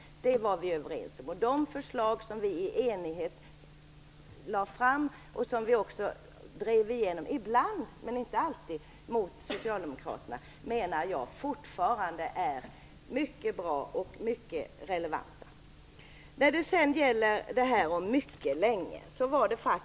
Detta var vi överens om. De förslag som vi i enighet lade fram och drev igenom - ibland men inte alltid mot socialdemokraternas vilja - är, menar jag, fortfarande mycket bra och mycket relevanta.